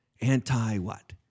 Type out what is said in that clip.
Anti-what